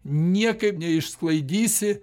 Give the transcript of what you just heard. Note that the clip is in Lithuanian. niekaip neišsklaidysi